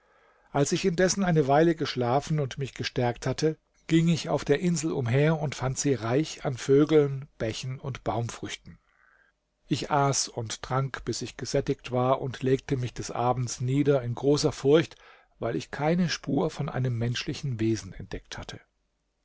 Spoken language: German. als ich indessen eine weile geschlafen und mich gestärkt hatte ging ich auf der insel umher und fand sie reich an vögeln bächen und baumfrüchten ich aß und trank bis ich gesättigt war und legte mich des abends nieder in großer furcht weil ich keine spur von einem menschlichen wesen entdeckt hatte